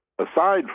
aside